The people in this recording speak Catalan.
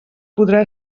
podrà